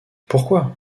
pourquoi